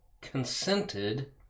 consented